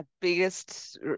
biggest